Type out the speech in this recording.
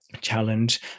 challenge